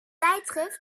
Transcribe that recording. tijdschrift